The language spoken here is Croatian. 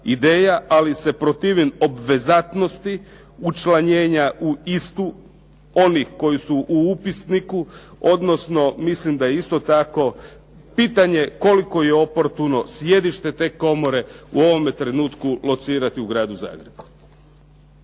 ali se protivim obvezatnosti, učlanjenja u istu, onih koji su u upisniku, odnosno mislim da je isto tako koliko je oportuno sjedište te komore u ovome trenutku locirati u gradu Zagrebu.